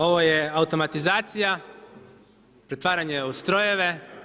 Ovo je automatizacija, pretvaranje u strojeve.